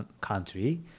country